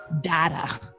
data